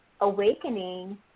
awakening